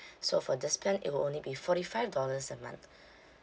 so for this plan it will only be forty five dollars a month